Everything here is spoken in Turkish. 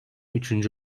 üçüncü